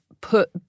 put